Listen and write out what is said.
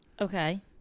Okay